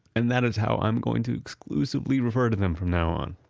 and that is how i'm going to exclusively refer to them from now on.